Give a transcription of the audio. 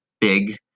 big